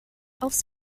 aufs